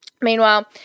meanwhile